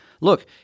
Look